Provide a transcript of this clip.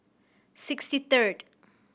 sixty third